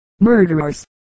Murderers